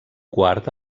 quart